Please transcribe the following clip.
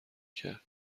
کرد